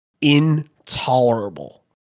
intolerable